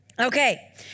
Okay